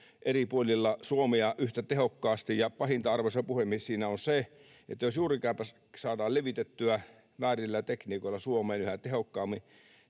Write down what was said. eri puolilla Suomea yhtä tehokkaasti. Ja pahinta, arvoisa puhemies, siinä on se, että jos juurikääpä saadaan levitettyä väärillä tekniikoilla Suomeen yhä tehokkaammin,